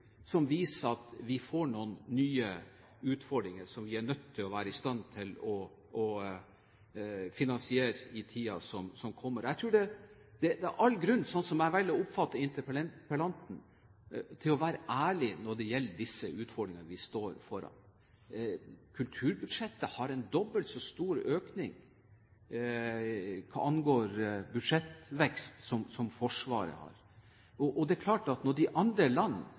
får noen nye utfordringer som vi er nødt til å være i stand til å finansiere i tiden som kommer. Jeg tror det er all grunn til – slik jeg velger å oppfatte interpellanten – å være ærlig når det gjelder de utfordringene vi står overfor. Kulturbudsjettet har en dobbelt så stor økning som Forsvaret har. Det er klart at når de andre